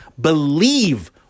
believe